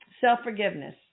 self-forgiveness